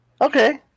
Okay